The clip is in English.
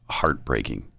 heartbreaking